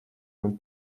man